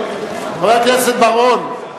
חבר הכנסת בר-און,